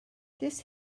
this